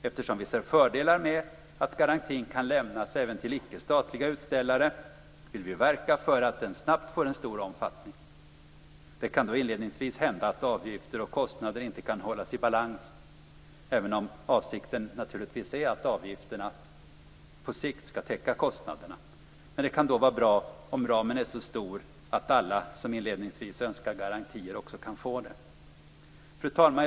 Eftersom vi ser fördelar med att garantin kan lämnas även till icke-statliga utställare, vill vi verka för att den snabbt får en stor omfattning. Det kan då inledningsvis hända att avgifter och kostnader inte kan hållas i balans, även om avsikten naturligtvis är att avgifterna på sikt skall täcka kostnaderna. Det kan då vara bra om ramen är så stor att alla som önskar garantier också kan få det. Fru talman!